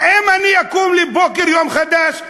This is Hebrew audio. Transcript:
האם אני אקום לבוקר יום חדש?